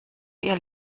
ihr